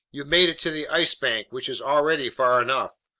you've made it to the ice bank, which is already far enough,